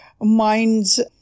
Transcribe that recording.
mind's